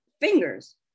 fingers